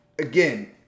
again